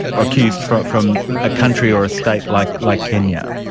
accused from from a country or a state like like kenya.